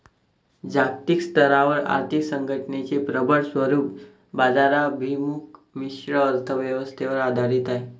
जागतिक स्तरावर आर्थिक संघटनेचे प्रबळ स्वरूप बाजाराभिमुख मिश्र अर्थ व्यवस्थेवर आधारित आहे